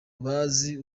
bazi